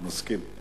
מסכים.